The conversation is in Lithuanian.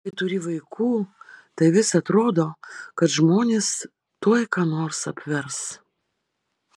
kai turi vaikų tai vis atrodo kad žmonės tuoj ką nors apvers